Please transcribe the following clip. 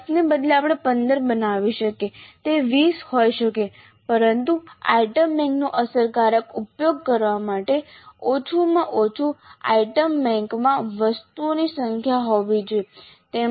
10 ને બદલે આપણે 15 બનાવી શકીએ તે 20 હોઈ શકે પરંતુ આઇટમ બેંકનો અસરકારક ઉપયોગ કરવા માટે ઓછામાં ઓછું આઇટમ બેંકમાં વસ્તુઓની સંખ્યા હોવી જોઈએ